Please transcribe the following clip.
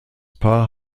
paar